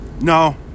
no